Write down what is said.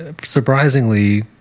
surprisingly